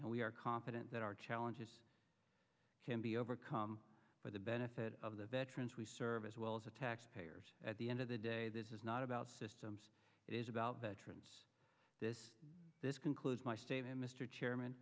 and we are confident that our challenges can be overcome for the benefit of the veterans we serve as well as the taxpayers at the end of the day this is not about systems it is about veterans this this concludes my stay there mr chairman